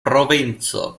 provinco